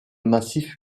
massif